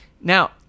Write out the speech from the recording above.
Now